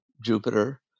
Jupiter